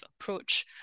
approach